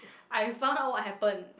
I found out what happen